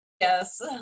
yes